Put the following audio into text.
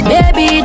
Baby